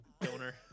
donor